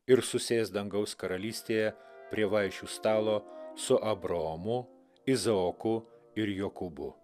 ir susės dangaus karalystėje prie vaišių stalo su abraomu izaoku ir jokūbu